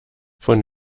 von